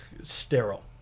sterile